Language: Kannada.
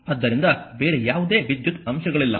ಆದ್ದರಿಂದ ಬೇರೆ ಯಾವುದೇ ವಿದ್ಯುತ್ ಅಂಶಗಳಿಲ್ಲ